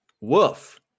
woof